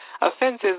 offenses